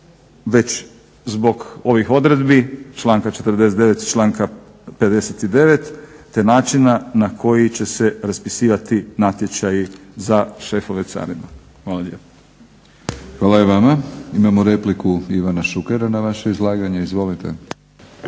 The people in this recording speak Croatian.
već zbog ovih odredbi članka 49. i članka 59. te načina na koji će se raspisivati natječaji za šefove carine. Hvala lijepo. **Batinić, Milorad (HNS)** Hvala i vama. Imamo repliku Ivana Šukera na vaše izlaganje. Izvolite.